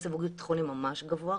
יש סיווג ביטחוני ממש גבוה,